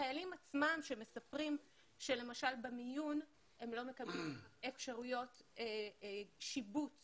החיילים עצמם מספרים שלמשל במיון הם לא מקבלים אפשרויות שיבוץ